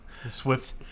Swift